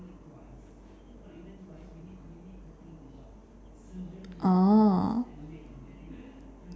orh